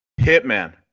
Hitman